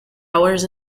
hours